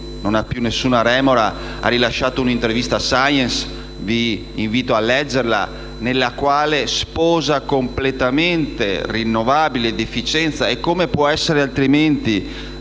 non ha più alcuna remora. Ha rilasciato un'intervista a «Popular Science», che vi invito a leggere, nella quale sposa completamente rinnovabili ed efficienza. Come potrebbe essere altrimenti